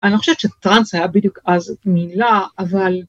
אני חושבת שטרנס היה בדיוק אז מילה, אבל...